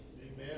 Amen